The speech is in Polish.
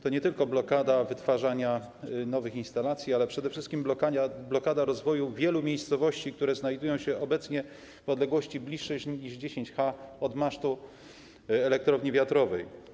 To nie tylko blokada wytwarzania nowych instalacji, ale przede wszystkim blokada rozwoju wielu miejscowości, które znajdują się obecnie w odległości mniejszej niż 10 ha od masztu elektrowni wiatrowej.